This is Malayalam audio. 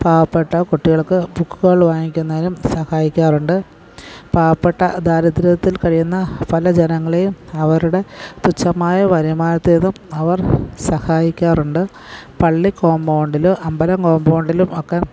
പാവപ്പെട്ട കുട്ടികൾക്ക് ബുക്കുകൾ വാങ്ങിക്കുന്നതിനും സഹായിക്കാറുണ്ട് പാവപ്പെട്ട ദാരിദ്ര്യത്തിൽ കഴിയുന്ന പല ജനങ്ങളെയും അവരുടെ തുച്ഛമായ വരുമാനത്തിൽ നിന്ന് അവർ സഹായിക്കാറുണ്ട് പള്ളി കോമ്പൗണ്ടിലും അമ്പലം കോംബൗണ്ടിലും ഒക്കെ